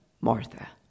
Martha